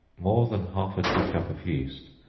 more than half a tea-cup of yeast,